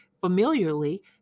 familiarly